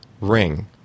ring